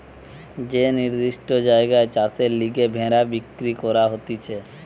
যে নির্দিষ্ট জায়গায় চাষের লিগে ভেড়া বিক্রি করা হতিছে